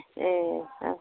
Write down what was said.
ए औ